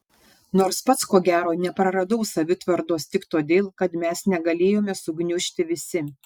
nors pats ko gero nepraradau savitvardos tik todėl kad mes negalėjome sugniužti visi